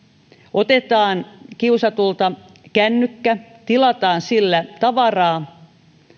otetaan kiusatulta kännykkä ja tilataan sillä tavaraa